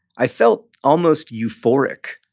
i felt almost euphoric.